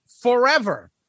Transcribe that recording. forever